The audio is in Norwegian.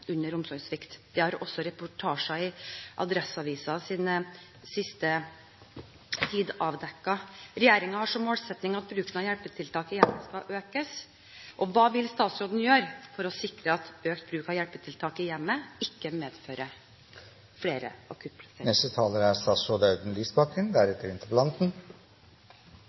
under omsorgssvikt. Det har også reportasjer i Adresseavisen den siste tid avdekket. Regjeringen har som målsetting at bruken av hjelpetiltak i hjemmet skal økes. Hva vil statsråden gjøre for å sikre at økt bruk av hjelpetiltak i hjemmet ikke medfører flere akuttplasseringer? Det er